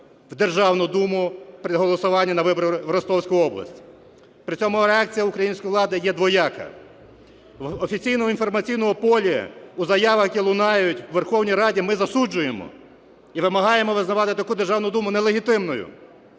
Державну Думу при голосуванні на вибори в Ростовську область. При цьому реакція української влади є двояка. В офіційному інформаційному полі, у заявах, які лунають у Верховній Раді, ми засуджуємо і вимагаємо визнавати таку Державну Думу нелегітимною.